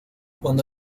cuando